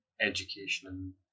education